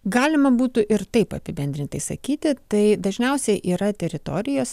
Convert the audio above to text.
galima būtų ir taip apibendrintai sakyti tai dažniausiai yra teritorijos